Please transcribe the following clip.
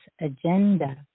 Agenda